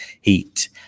heat